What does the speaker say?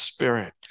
Spirit